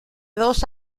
dos